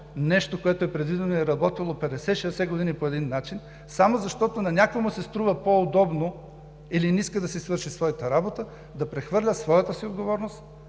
нещо, което е предвидено и е работило 50 – 60 години по един начин, само защото на някой му се струва по-удобно или не иска да си свърши своята работа, да прехвърля своята си отговорност